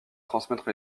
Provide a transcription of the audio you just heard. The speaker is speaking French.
transmettre